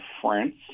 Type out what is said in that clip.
France